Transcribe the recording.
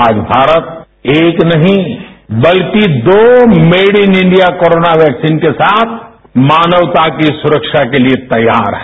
आज भारत एक नहीं बल्कि दो made in India corona vaccine के साथ मानवता की सुरक्षा के लिए तैयार है